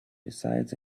besides